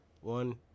one